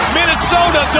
Minnesota